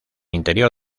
interior